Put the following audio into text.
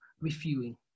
reviewing